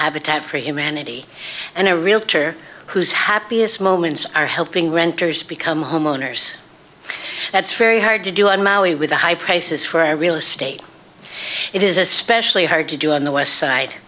habitat for humanity and a realtor whose happiest moments are helping renters become homeowners that's very hard to do on maui with the high prices for a real estate it is especially hard to do on the west side